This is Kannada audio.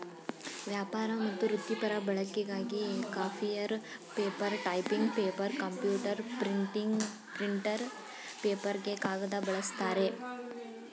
ವ್ಯಾಪಾರ ಮತ್ತು ವೃತ್ತಿಪರ ಬಳಕೆಗಾಗಿ copier paper typing paper computer printer ಪೇಪರ್ಗೆ ಕಾಗದ ಬಳಸ್ತಾರೆ